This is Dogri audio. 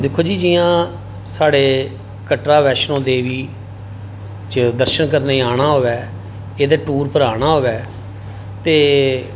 दिक्खो जी जि'यां साढ़े कटरा वैश्णो देवी च दर्शन करने गी आना होऐ एहदे टूर पर आना होऐ